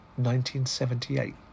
1978